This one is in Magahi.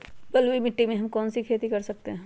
बलुई मिट्टी में हम कौन कौन सी खेती कर सकते हैँ?